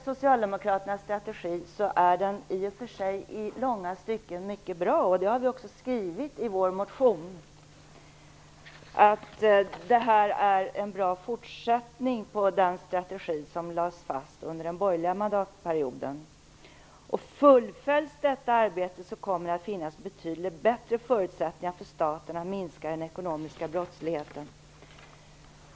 Socialdemokraternas strategi är i och för sig i långa stycken mycket bra, och vi har också i vår motion skrivit att den är en bra fortsättning på den strategi som lades fast under den borgerliga mandatperioden. Fullföljs detta arbete, kommer det att finnas betydligt bättre förutsättningar för staten att minska den ekonomiska brottsligheten.